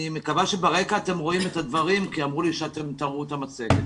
אני מקווה שברקע אתם רואים את הדברים כי אמרו לי שתראו את המצגת.